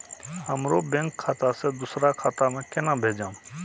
हमरो बैंक खाता से दुसरा खाता में केना भेजम?